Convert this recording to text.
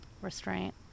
restraint